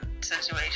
situations